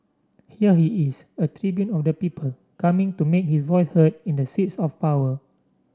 here he is a tribune of the people coming to make his voice heard in the seats of power